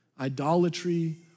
idolatry